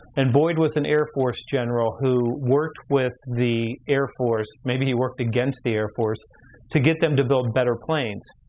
and boyd was an air force general who worked with the air force. maybe he worked against the air force to get them to build better planes.